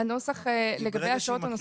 הנוסח לגבי השעות הנוספות.